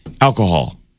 alcohol